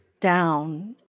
down